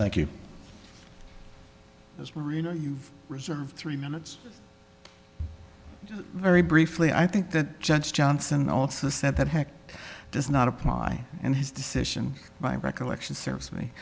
thank you as we're you know you've reserved three minutes very briefly i think that judge johnson also said that hecht does not apply and his decision by recollection serves me